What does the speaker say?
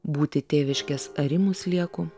būti tėviškės arimų slieku